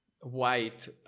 white